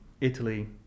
Italy